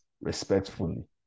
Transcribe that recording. respectfully